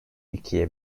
ikiye